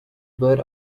were